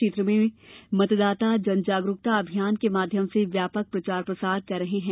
क्षेत्र में मतदाता जन जागरूकता अभियान के माध्यम से व्यापक प्रचार प्रसार किया जा रहा है